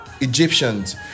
Egyptians